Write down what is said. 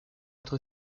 être